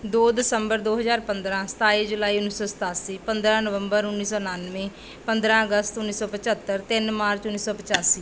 ਦੋ ਦਸੰਬਰ ਦੋ ਹਜ਼ਾਰ ਪੰਦਰਾਂ ਸਤਾਈ ਜੁਲਾਈ ਉੱਨੀ ਸੌ ਸਤਾਸੀ ਪੰਦਰਾਂ ਨਵੰਬਰ ਉੱਨੀ ਸੌ ਉਣਾਨਵੇਂ ਪੰਦਰਾਂ ਅਗਸਤ ਉੱਨੀ ਸੌ ਪਚੱਤਰ ਤਿੰਨ ਮਾਰਚ ਉੱਨੀ ਸੌ ਪਚਾਸੀ